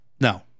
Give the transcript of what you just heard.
No